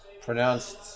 pronounced